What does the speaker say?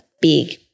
big